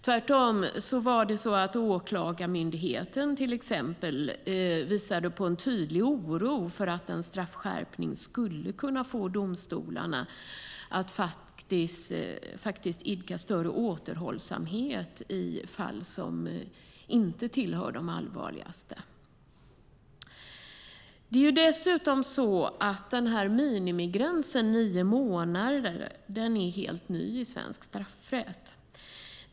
Tvärtom visade till exempel Åklagarmyndigheten på en tydlig oro för att en straffskärpning skulle kunna få domstolarna att idka större återhållsamhet i fall som inte tillhör de allvarligaste. Dessutom är minimigränsen nio månader helt ny i svensk straffrätt.